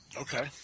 Okay